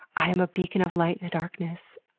i'm a beacon of light in the darkness.